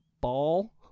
Ball